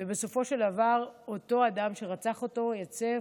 ובסופו של דבר אותו אדם שרצח אותו יוצא,